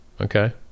Okay